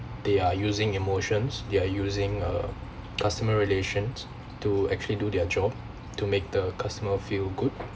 they are using emotions they are using uh customer relations to actually do their job to make the customer feel good